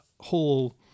whole